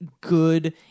good